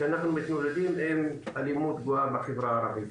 בה אנחנו מתמודדים עם אלימות מאוד גבוהה בחברה הערבית.